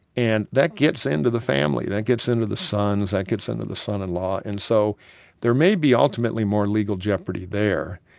and that gets into the family. that gets into the sons. that gets into the son-in-law. and so there may be ultimately more legal jeopardy there,